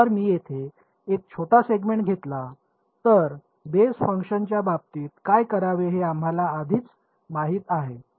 जर मी येथे एक छोटा सेगमेंट घेतला तर बेस फंक्शन्सच्या बाबतीत काय करावे हे आम्हाला आधीच माहित आहे